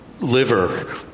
liver